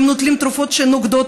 והם נוטלים תרופות שהן נוגדות,